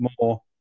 more